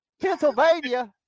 Pennsylvania